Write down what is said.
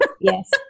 Yes